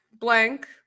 blank